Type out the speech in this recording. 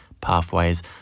pathways